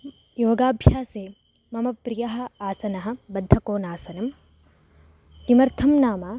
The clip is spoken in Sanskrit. योगाभ्यासे मम प्रियम् आसनं बद्धकोनासनं किमर्थं नाम